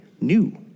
new